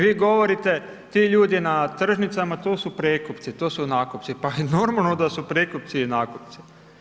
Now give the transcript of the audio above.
Vi govorite, ti ljudi na tržnicama, to su prekupci, to su nakupci, pa normalno da su prekupci i nakupci.